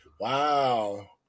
Wow